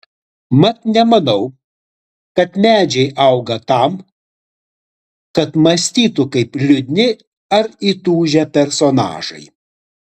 mat nemanau kad medžiai auga tam kad mąstytų kaip liūdni ar įtūžę personažai